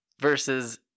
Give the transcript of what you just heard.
versus